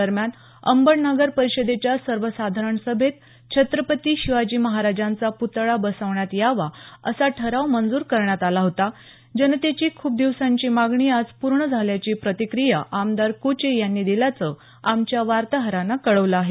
दरम्यान अंबड नगर परिषदेच्या सर्वसाधारण सभेत छत्रपती शिवाजी महाराजांचा पुतळा बसवण्यात यावा असा ठराव मंजूर करण्यात आला होता जनतेची खूप दिवसांची मागणी आज पूर्ण झाल्याची प्रतिक्रिया आमदार कुचे यांनी दिल्याचं आमच्या वार्ताहरानं कळवलं आहे